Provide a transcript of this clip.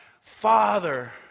Father